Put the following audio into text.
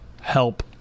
help